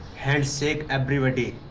hand shake everybody.